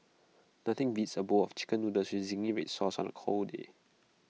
nothing beats A bowl of Chicken Noodles with Zingy Red Sauce on A cold day